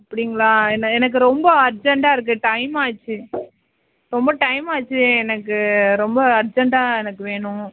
அப்படிங்களா என்ன எனக்கு ரொம்ப அர்ஜெண்ட்டாக இருக்குது டைம் ஆச்சு ரொம்ப டைம் ஆச்சு எனக்கு ரொம்ப அர்ஜெண்ட்டாக எனக்கு வேணும்